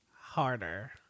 harder